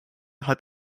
hat